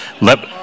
Let